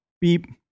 beep